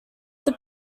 this